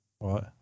Right